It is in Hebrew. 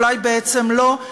אולי בעצם לא,